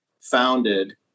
founded